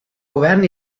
govern